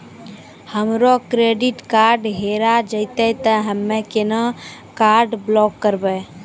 हमरो credit card हेरा जेतै ते हम्मय केना कार्ड ब्लॉक करबै?